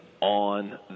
on